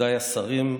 ידידיי השרים,